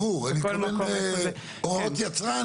ברור, אני מתכוון הוראות יצרן